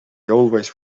always